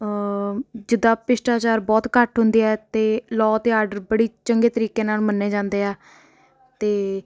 ਜਿੱਦਾਂ ਭ੍ਰਿਸ਼ਟਾਚਾਰ ਬਹੁਤ ਘੱਟ ਹੁੰਦੀ ਹੈ ਅਤੇ ਲੋਅ ਅਤੇ ਆਰਡਰ ਬੜੀ ਚੰਗੇ ਤਰੀਕੇ ਨਾਲ ਮੰਨੇ ਜਾਂਦੇ ਆ ਅਤੇ